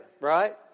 right